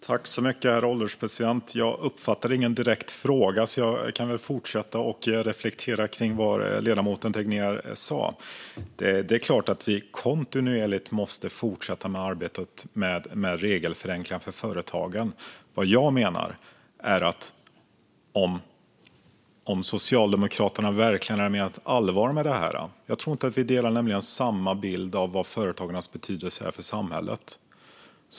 Herr ålderspresident! Jag uppfattade ingen direkt fråga, så jag kan väl fortsätta att reflektera över vad ledamoten Tegnér sa. Det är klart att vi kontinuerligt måste fortsätta arbetet med regelförenklingar för företagen. Vad jag menar är att om Socialdemokraterna verkligen hade menat allvar med det här skulle de göra mer. Jag tror nämligen inte att vi delar samma bild av vad företagens betydelse för samhället är.